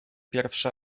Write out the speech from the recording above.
pierwsze